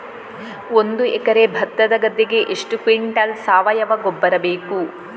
ಒಂದು ಎಕರೆ ಭತ್ತದ ಗದ್ದೆಗೆ ಎಷ್ಟು ಕ್ವಿಂಟಲ್ ಸಾವಯವ ಗೊಬ್ಬರ ಬೇಕು?